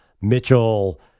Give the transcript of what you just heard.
Mitchell